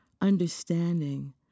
Understanding